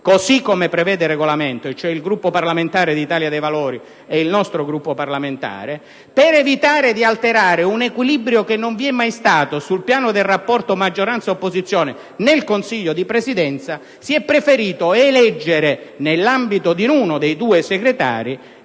così come prevede il Regolamento, e cioè l'Italia dei Valori ed il nostro, per evitare di alterare un equilibrio che non vi è mai stato sul piano del rapporto maggioranza-opposizione nel Consiglio di Presidenza, si è preferito eleggere nell'ambito di uno dei due Segretari